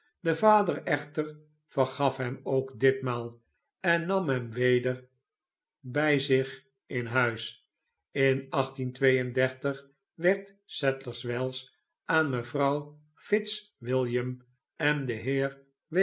de vader echter vergaf hem ook ditmaal en nam hem weder bij zich in huis in werd sadlers wells aan mevrouw fitz william en den